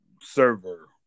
server